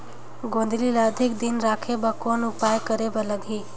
गोंदली ल अधिक दिन राखे बर कौन उपाय करे बर लगही?